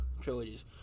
trilogies